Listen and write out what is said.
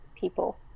people